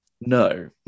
No